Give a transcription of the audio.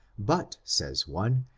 but, says one,